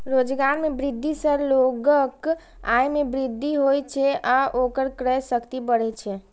रोजगार मे वृद्धि सं लोगक आय मे वृद्धि होइ छै आ ओकर क्रय शक्ति बढ़ै छै